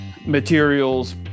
materials